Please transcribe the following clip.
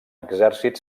exèrcit